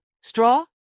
Straw